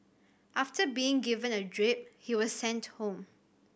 after being given a drip he was sent home